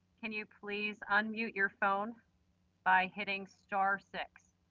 can you please unmute your phone by hitting star-six.